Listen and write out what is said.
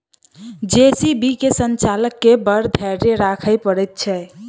JCB के संचालक के बड़ धैर्य राखय पड़ैत छै